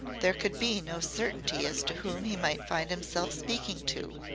there could be no certainty as to whom he might find himself speaking to.